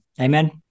Amen